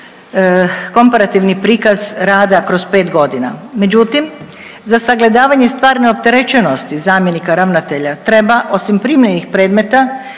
komparativni prikaz rada kroz 5 godina. Međutim, za sagledavanje stvarne opterećenosti zamjenika ravnatelja treba osim primljenih predmeta